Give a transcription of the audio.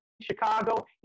Chicago